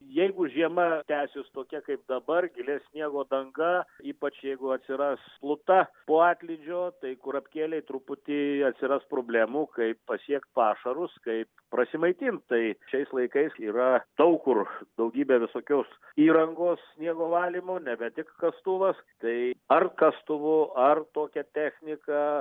jeigu žiema tęsis tokia kaip dabar gili sniego danga ypač jeigu atsiras pluta po atlydžio tai kurapkėlei truputį atsiras problemų kaip pasiekt pašarus kaip prasimaitint tai šiais laikais yra daug kur daugybė visokios įrangos sniego valymo nebe tik kastuvas tai ar kastuvu ar tokia technika